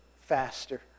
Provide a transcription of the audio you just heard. faster